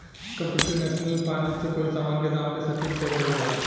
computational finance से कोई समान के दाम के सटीक तय कईल जाला